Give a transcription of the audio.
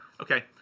Okay